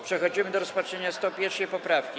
Przechodzimy do rozpatrzenia 101. poprawki.